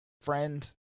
friend